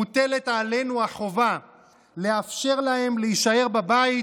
מוטלת עלינו החובה לאפשר להם להישאר בבית